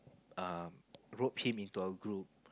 um rope him into our group